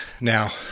Now